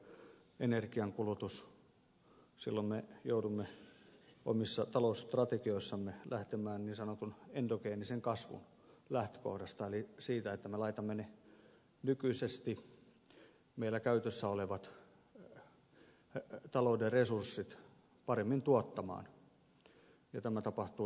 silloin me joudumme omissa talousstrategioissamme lähtemään niin sanotun endogeenisen kasvun lähtökohdasta eli siitä että me laitamme ne nykyisin meillä käytössä olevat talouden resurssit paremmin tuottamaan ja tämä tapahtuu innovaatioiden kautta